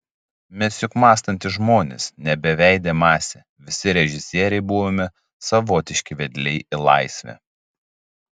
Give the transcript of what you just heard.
mes juk mąstantys žmonės ne beveidė masė visi režisieriai buvome savotiški vedliai į laisvę